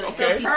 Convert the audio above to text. Okay